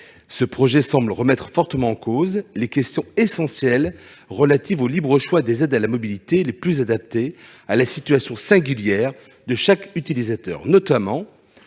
Ce projet semble remettre fortement en cause les questions essentielles relatives au libre choix des aides à la mobilité les plus adaptées à la situation singulière de chaque utilisateur, notamment